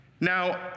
Now